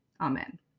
amen